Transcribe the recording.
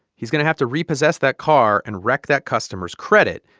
he's going to have to repossess that car and wreck that customer's credit,